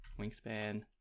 Wingspan